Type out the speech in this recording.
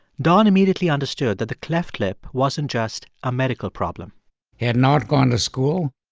don immediately understood that the cleft lip wasn't just a medical problem he had not gone to school.